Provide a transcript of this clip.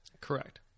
Correct